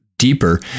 deeper